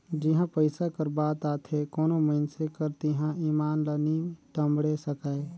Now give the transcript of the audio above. जिहां पइसा कर बात आथे कोनो मइनसे कर तिहां ईमान ल नी टमड़े सकाए